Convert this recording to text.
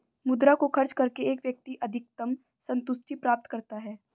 मुद्रा को खर्च करके एक व्यक्ति अधिकतम सन्तुष्टि प्राप्त करता है